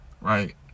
right